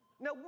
Now